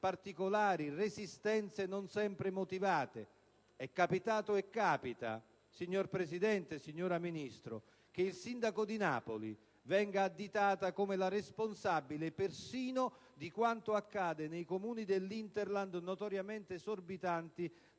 particolari, resistenze non sempre motivate. È capitato e capita, signor Presidente, signora Ministro, che il sindaco di Napoli venga additata come la responsabile persino di quanto accade nei Comuni dell'*hinterland*, notoriamente esorbitanti